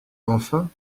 enfin